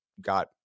got